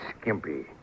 skimpy